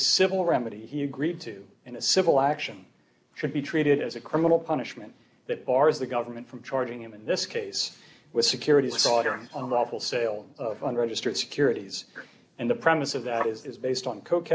civil remedy he agreed to in a civil action should be treated as a criminal punishment that bars the government from charging him in this case with securities sautter on the awful sale of unregistered securities and the promise of that is based on co